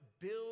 build